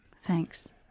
Thanks